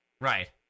Right